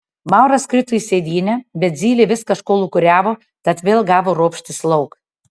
mauras krito į sėdynę bet zylė vis kažko lūkuriavo tad vėl gavo ropštis lauk